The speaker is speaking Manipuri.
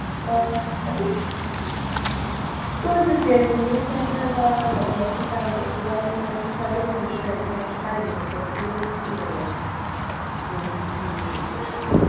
ꯑ ꯑꯗꯨ ꯅꯣꯏꯗꯨ ꯇꯦꯟꯒꯨꯝꯕ ꯁꯦꯝꯂꯒ ꯂꯩꯒꯦ ꯍꯥꯏꯔꯁꯨ ꯀꯥꯏꯗꯦ ꯑꯗꯨꯒ ꯅꯣꯏꯅ ꯑꯗꯨꯝ ꯍꯣꯇꯦꯜꯒꯨꯝꯕꯗ ꯂꯩꯒꯦ ꯍꯥꯏꯁꯨ ꯀꯥꯏꯗꯦꯕꯀꯣ ꯑꯗꯨꯗꯤꯀꯣ ꯅꯣꯏ ꯀꯨꯁꯤ ꯑꯣꯏꯔꯦ ꯎꯝ ꯎꯝ ꯎꯝ